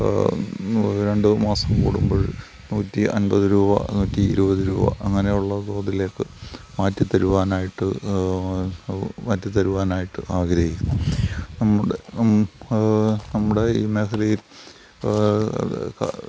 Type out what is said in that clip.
രണ്ടുമാസം കൂടുമ്പഴ് നൂറ്റിഅൻപത് രൂപ നൂറ്റിഇരുപത് രൂപ അങ്ങനെയുള്ള തോതിലേക്ക് മാറ്റിത്തരുവാനായിട്ട് മാറ്റിത്തരുവാനായിട്ട് ആഗ്രഹിക്കുന്നു നമ്മുടെ നമ്മുടെ ഈ മേഖലയിൽ